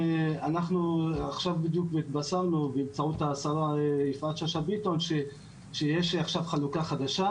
אנחנו עכשיו בדיוק התבשרנו באמצעות שרת החינוך שיש עכשיו חלוקה חדה.